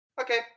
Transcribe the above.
Okay